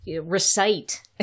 recite